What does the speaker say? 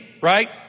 right